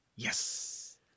Yes